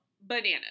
bananas